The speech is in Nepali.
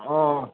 अँ